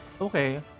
Okay